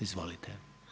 Izvolite.